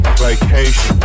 vacation